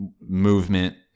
movement